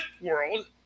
world